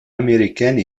américaine